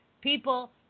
People